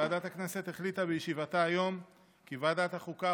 ועדת הכנסת החליטה בישיבתה היום כי ועדת החוקה,